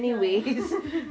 ya